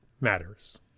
Matters